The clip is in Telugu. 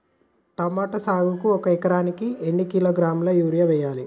టమోటా సాగుకు ఒక ఎకరానికి ఎన్ని కిలోగ్రాముల యూరియా వెయ్యాలి?